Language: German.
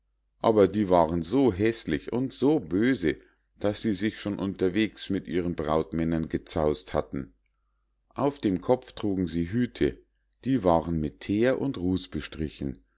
aber die waren so häßlich und so böse daß sie sich schon unterweges mit ihren brautmännern gezaus't hatten auf dem kopf trugen sie hüte die waren mit theer und ruß bestrichen